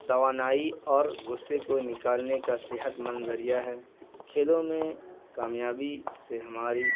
توانائی اور غصے کو نکالنے کا صحت مند ذریعہ ہے کھیلوں میں کامیابی سے ہماری